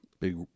big